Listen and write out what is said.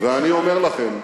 ואני אומר לכם,